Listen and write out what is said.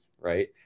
right